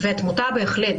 בהחלט.